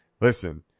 Listen